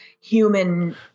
human